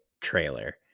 trailer